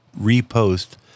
repost